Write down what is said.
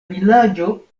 vilaĝo